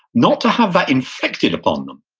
not to have that inflicted upon them.